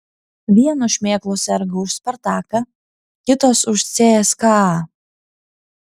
vienos šmėklos serga už spartaką kitos už cska